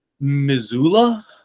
Missoula